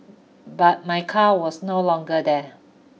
but my car was no longer there